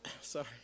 sorry